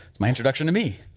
my introduction to me.